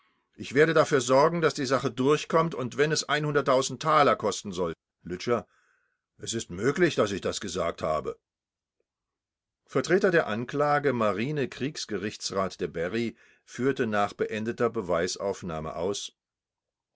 ich werde dafür sorgen daß die sache durchkommt und wenn es taler kosten soll lütscher es ist möglich daß ich das gesagt habe vertreter der anklage marinekriegsgerichtsrat de bary führte nach beendeter beweisaufnahme aus